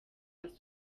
asa